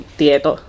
tieto